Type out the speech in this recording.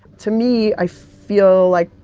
to me, i feel like,